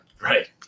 Right